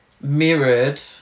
mirrored